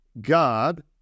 god